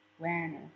awareness